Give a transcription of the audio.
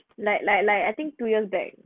like like like I think two years back